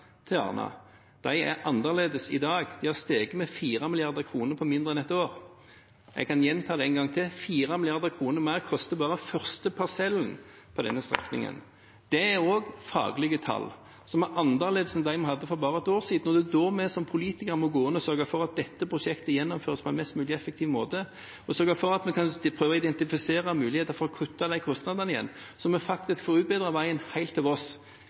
er annerledes i dag. De har steget med 4 mrd. kr på mindre enn ett år. Jeg kan gjenta det: 4 mrd. kr mer koster bare den første parsellen på denne strekningen. Det er også faglige tall, som er annerledes enn dem vi hadde for bare et år siden. Det er da vi som politikere må gå inn og sørge for at dette prosjektet gjennomføres på en mest mulig effektiv måte, og at vi prøver å identifisere muligheter for å kutte de kostnadene igjen, så vi faktisk får utbedret veien helt